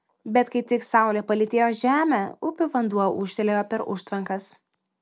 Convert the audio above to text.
bet kai tik saulė palytėjo žemę upių vanduo ūžtelėjo per užtvankas